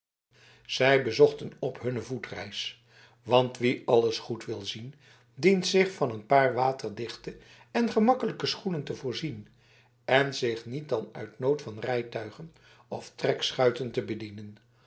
zij bezochten op hun voetreis want wie alles goed wil zien dient zich van een paar waterdichte en gemakkelijke schoenen te voorzien en zich niet dan uit nood van rijtuigen of trekschuiten te bedienen